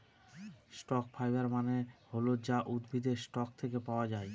stock fibre মানে হল যা উদ্ভিদের স্টক থাকে পাওয়া যায়